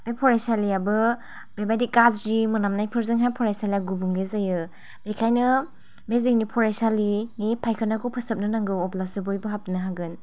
बे फरायसालियाबो बे बाइदि गाज्रि मोनामनायफोरजों फरायसालिया गाज्रि गुबुंले जायो बेखाइनो बे जोंनि फराइसालिनि फायखानाखौ फोसाबनो नांगौ अब्लासो बयबो हाबनो हागोन